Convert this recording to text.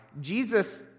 Jesus